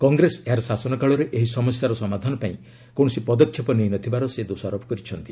କଂଗ୍ରେସ ଏହାର ଶାସନ କାଳରେ ଏହି ସମସ୍ୟାର ସମାଧାନ ପାଇଁ କୌଣସି ପଦକ୍ଷେପ ନେଇନଥିବାର ସେ ଦୋଷାରୋପ କରିଛନ୍ତି